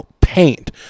paint